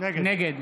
נגד